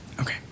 Okay